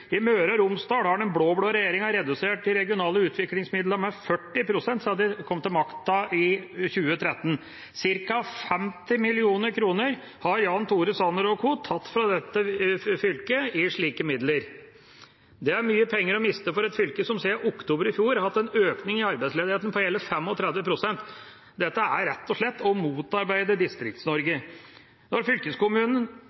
I Møre og Romsdal har den blå-blå regjeringa redusert de regionale utviklingsmidlene med 40 pst. siden de kom til makta i 2013. Ca. 50 mill. kr har Jan Tore Sanner og co. tatt fra dette fylket i slike midler. Det er mye penger å miste for et fylke som siden oktober i fjor har hatt en økning i arbeidsledigheten på hele 35 pst. Dette er rett og slett å motarbeide Distrikts-Norge. Når fylkeskommunen